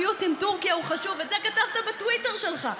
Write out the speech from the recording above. הפיוס עם טורקיה הוא חשוב" את זה כתבת בטוויטר שלך.